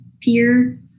peer